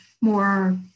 more